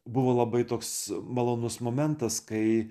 buvo labai toks malonus momentas kai